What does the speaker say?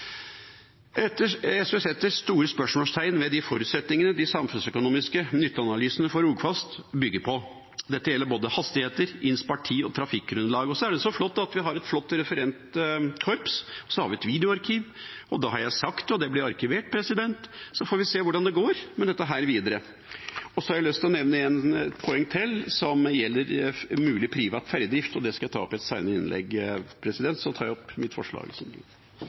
SV setter store spørsmålstegn ved de forutsetningene de samfunnsøkonomiske nytteanalysene for Rogfast bygger på. Dette gjelder både hastigheter, innspart tid og trafikkgrunnlag. Da er det flott at vi har et flott referentkorps og et videoarkiv, for nå har jeg sagt det, og det blir arkivert. Så får vi se hvordan det går med dette videre. Jeg har lyst å nevne et poeng til, som gjelder mulig privat ferjedrift, men det skal jeg ta opp i et senere innlegg. Jeg anbefaler komiteens forslag til vedtak I. Vi diskuterer E39, som